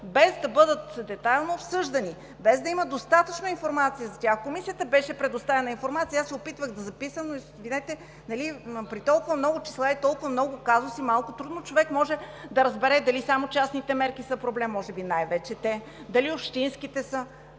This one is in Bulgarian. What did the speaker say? без да бъдат детайлно обсъждани, без да има достатъчна информация за тях. В Комисията беше предоставена информация и се опитвах да записвам, извинете, но при толкова много числа и толкова много казуси човек малко трудно може да разбере дали само частните мерки са проблем – може би най-вече те, дали са общинските.